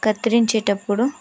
కత్తిరించేటప్పుడు